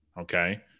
okay